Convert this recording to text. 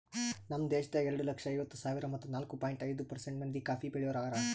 ನಮ್ ದೇಶದಾಗ್ ಎರಡು ಲಕ್ಷ ಐವತ್ತು ಸಾವಿರ ಮತ್ತ ನಾಲ್ಕು ಪಾಯಿಂಟ್ ಐದು ಪರ್ಸೆಂಟ್ ಮಂದಿ ಕಾಫಿ ಬೆಳಿಯೋರು ಹಾರ